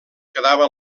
quedava